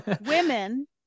Women